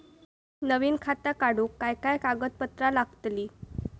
नवीन खाता काढूक काय काय कागदपत्रा लागतली?